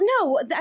no